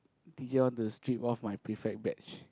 teacher want to strip off my prefect batch